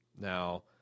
Now